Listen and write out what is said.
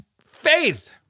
faith